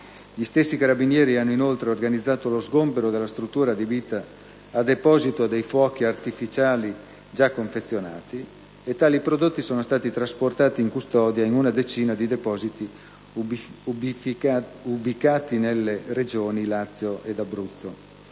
Gli stessi carabinieri hanno, inoltre, organizzato lo sgombero della struttura adibita a deposito dei fuochi artificiali già confezionati; tali prodotti sono stati trasportati in custodia in una decina di depositi ubicati nelle regioni Lazio e Abruzzo.